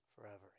forever